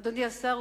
אדוני השר,